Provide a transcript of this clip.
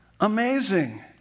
Amazing